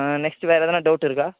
next வேறு எதுனா doubt இருக்கா